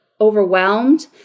overwhelmed